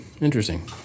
interesting